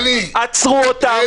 עצרו אותם,